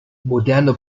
moderne